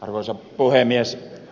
arvoisa puhemies